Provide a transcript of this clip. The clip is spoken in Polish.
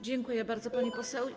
Dziękuję bardzo, pani poseł.